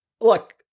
look